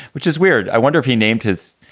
which is weird. i wonder if he named his.